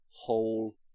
whole